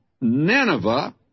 Nineveh